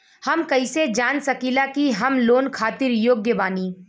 हम कईसे जान सकिला कि हम लोन खातिर योग्य बानी?